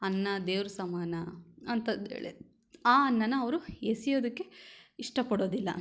ಅನ್ನ ದೇವ್ರ ಸಮಾನ ಅಂತಂತೇಳಿ ಆ ಅನ್ನನ ಅವರು ಎಸಿಯೋದಕ್ಕೆ ಇಷ್ಟಪಡೋದಿಲ್ಲ